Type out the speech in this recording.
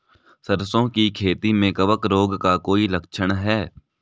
सरसों की खेती में कवक रोग का कोई लक्षण है?